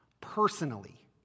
personally